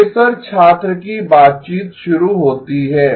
professor छात्र की बातचीत शुरू होती है